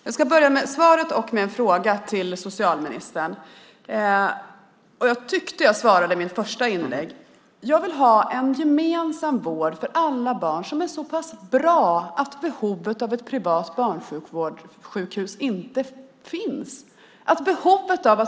Herr talman! Jag ska börja med svaret och med en fråga till socialministern. Jag tyckte att jag svarade i mitt första inlägg. Jag vill ha en gemensam vård för alla barn som är så pass bra att behovet av ett privat barnsjukhus inte finns.